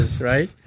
right